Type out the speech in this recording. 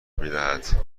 میدهد